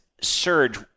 surge